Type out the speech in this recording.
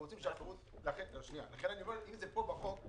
אם זה פה בחוק,